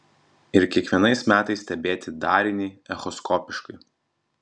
ir kiekvienais metais stebėti darinį echoskopiškai